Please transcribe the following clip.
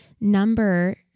number